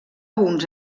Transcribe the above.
uns